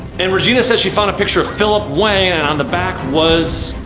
and regina said she found a picture of philip wang and on the back was?